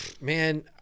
Man